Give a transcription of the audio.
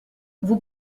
vous